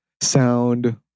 sound